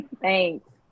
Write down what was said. Thanks